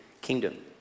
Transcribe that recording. kingdom